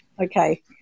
okay